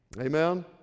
Amen